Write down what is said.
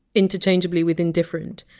interchangeably with! indifferent,